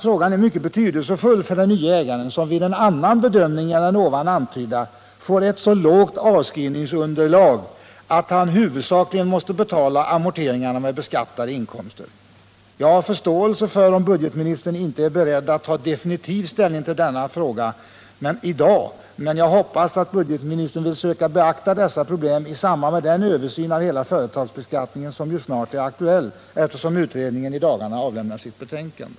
Frågan är mycket betydelsefull för den nye ägaren, som vid annan bedömning än den antydda får ett så lågt avskrivningsunderlag att han huvudsakligen måste betala amorteringarna med beskattade inkomster. Jag har förståelse för om budgetministern inte är beredd att ta definitiv ställning till denna fråga i dag, men jag hoppas att budgetministern vill söka beakta dessa problem i samband med den översyn av hela företagsbeskattningen som ju snart är aktuell, eftersom utredningen i dagarna avlämnar sitt betänkande.